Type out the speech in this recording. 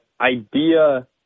idea